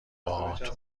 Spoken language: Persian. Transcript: باهاتون